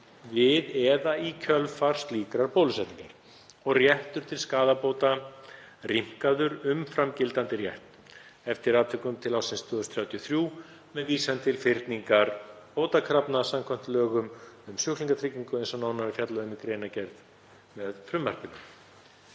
við eða í kjölfar slíkrar bólusetningar og réttur til skaðabóta rýmkaður umfram gildandi rétt, eftir atvikum til ársins 2033 með vísan til fyrningar bótakrafna samkvæmt lögum um sjúklingatryggingu, eins og nánar er fjallað um í greinargerð með frumvarpinu.